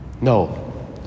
no